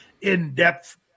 in-depth